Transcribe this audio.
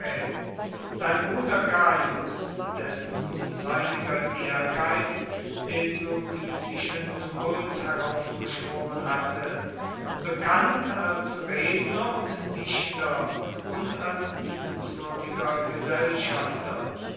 sein bruder gaius dessen unzeitiger ehrgeiz den sulpicischen tumult heraufbeschworen hatte bekannt als redner und dichter und als liebenswürdiger gesellschafter